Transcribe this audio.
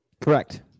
Correct